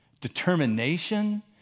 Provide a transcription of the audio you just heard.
determination